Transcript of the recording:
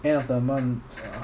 end of the month ah